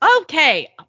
Okay